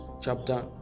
chapter